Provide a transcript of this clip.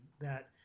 that-